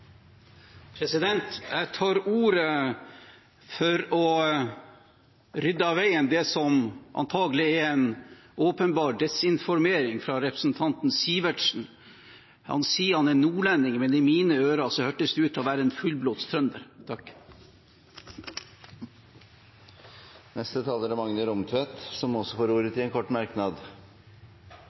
Jeg tar ordet for å rydde av veien det som antakelig er en åpenbar desinformasjon fra representanten Sivertsen. Han sier han er nordlending, men i mine ører hørtes han ut til å være en fullblods trønder. Representanten Magne Rommetveit har hatt ordet to ganger tidligere og får ordet til en kort merknad,